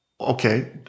Okay